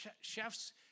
chefs